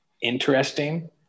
interesting